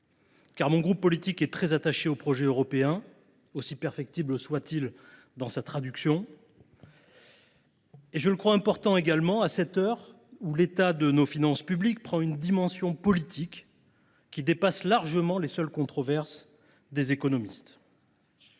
car mon groupe politique est très attaché au projet européen, aussi perfectible soit il dans sa traduction concrète. Je le crois important, également, à un moment où l’état de nos finances publiques prend une dimension politique qui dépasse largement les seules controverses des économistes.